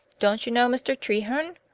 don't you know mr. treherne?